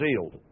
sealed